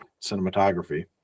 cinematography